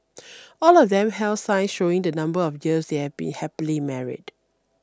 all of them held signs showing the number of years they had been happily married